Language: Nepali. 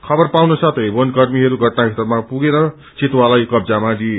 खबर पाउनसाथै वनकर्मीहरू घटनास्थलमा पुगेर चितुवालाई कब्जामा लिए